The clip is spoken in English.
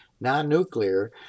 non-nuclear